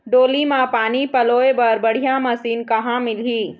डोली म पानी पलोए बर बढ़िया मशीन कहां मिलही?